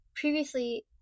previously